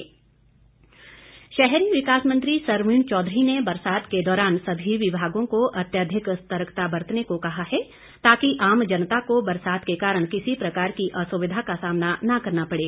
सरवीण चौधरी शहरी विकास मंत्री सरवीण चौधरी ने बरसात के दौरान सभी विभागों को अत्यधिक सतर्कता बरतने को कहा है ताकि आम जनता को बरसात के कारण किसी प्रकार की असुविधा का सामना न करना पड़े